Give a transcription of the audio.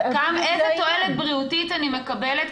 כמה תועלת בריאותית אני מקבלת,